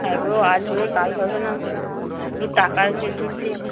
তারপরেও আজ হবে কাল হবে না শুধু টাকার খেল চলছে